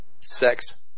sex